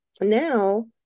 now